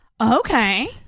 Okay